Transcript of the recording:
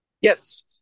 Yes